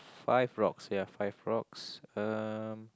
five rocks ya five rocks um